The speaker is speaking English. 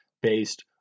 based